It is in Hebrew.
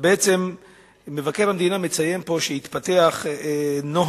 בעצם מבקר המדינה מציין פה שהתפתח נוהל